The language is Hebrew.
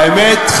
האמת,